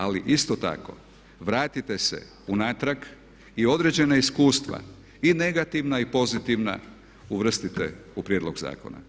Ali isto tako vratite se unatrag i određena iskustva i negativna i pozitivna uvrstite u prijedlog zakona.